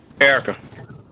Erica